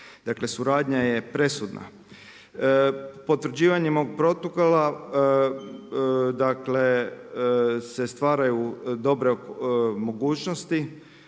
Dakle, suradnja je presudna. Potvrđivanjem ovog protokola, dakle, se stvaraju dobre mogućnosti,